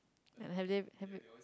have have they have it